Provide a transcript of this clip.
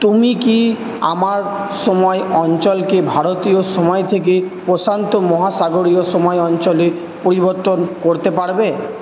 তুমি কি আমার সময় অঞ্চলকে ভারতীয় সময় থেকে প্রশান্ত মহাসাগরীয় সময় অঞ্চলে পরিবর্তন করতে পারবে